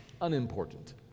unimportant